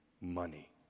money